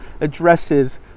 addresses